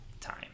time